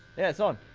yeah, it's on!